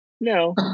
no